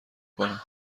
کنم